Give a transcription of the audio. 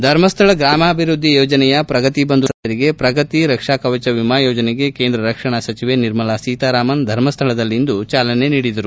ಧರ್ಮಸ್ಥಳ ಗ್ರಾಮಾಭಿವೃದ್ಧಿ ಯೋಜನೆಯ ಪ್ರಗತಿಬಂಧು ತಂಡಗಳ ಸದಸ್ಕರಿಗೆ ಪ್ರಗತಿ ರಕ್ಷಾಕವಚ ವಿಮಾ ಯೋಜನೆಗೆ ಕೇಂದ್ರ ರಕ್ಷಣಾ ಸಚಿವೆ ನಿರ್ಮಲಾ ಸೀತಾರಾಮನ್ ಧರ್ಮಸ್ಥಳದಲ್ಲಿಂದು ಚಾಲನೆ ನೀಡಿದರು